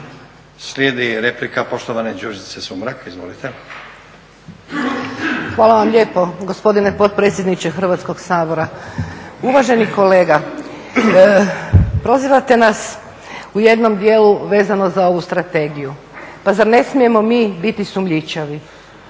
Slijedi replika poštovane Đurđice Sumrak, izvolite. **Sumrak, Đurđica (HDZ)** Hvala vam lijepo gospodine potpredsjedniče Hrvatskog sabora. Uvaženi kolega prozivate nas u jednom dijelu vezano za ovu strategiju. Pa zar ne smijemo mi biti sumnjičavi?